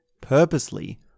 purposely